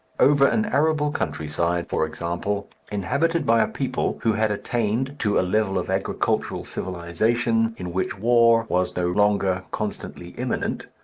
over an arable country-side, for example, inhabited by a people who had attained to a level of agricultural civilization in which war was no longer constantly imminent,